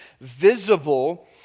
visible